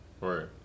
Right